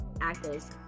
actors